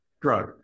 drug